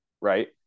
right